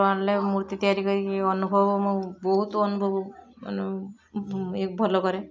ଆଣିଲେ ମୂର୍ତ୍ତି ତିଆରି କରିକି ଅନୁଭବ ମୋ ବହୁତ ଅନୁଭବ ଭଲ କରେ